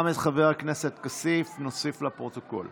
גם את חבר הכנסת עופר כסיף נוסיף לפרוטוקול.